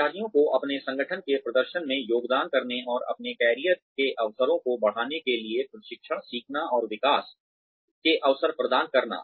कर्मचारियों को अपने संगठन के प्रदर्शन में योगदान करने और अपने कैरियर के अवसरों को बढ़ाने के लिए प्रशिक्षण सीखने और विकास के अवसर प्रदान करना